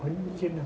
one million ah